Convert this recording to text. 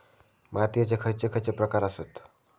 मातीयेचे खैचे खैचे प्रकार आसत?